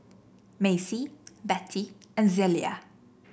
Macy Bettye and Zelia